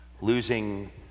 losing